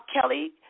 Kelly